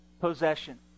possession